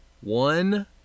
one